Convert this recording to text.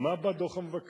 עכשיו, מה בא דוח המבקר,